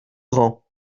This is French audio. grand